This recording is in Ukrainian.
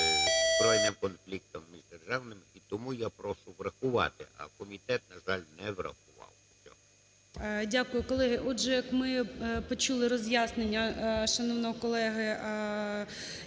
збройним конфліктом і державним. І тому я прошу врахувати, а комітет, на жаль, не врахував.